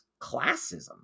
classism